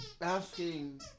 Asking